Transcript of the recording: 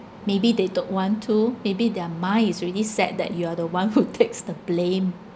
maybe they don't want to maybe their mind is already set that you are the one who takes the blame